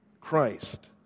Christ